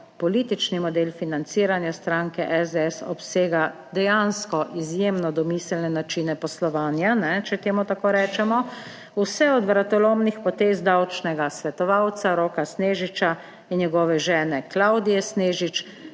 politični model financiranja stranke SDS obsega dejansko izjemno domiselne načine poslovanja, če temu tako rečemo, vse od vratolomnih potez davčnega svetovalca Roka Snežiča in njegove žene Klavdije Snežič